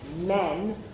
men